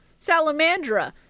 Salamandra